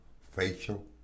facial